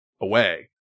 away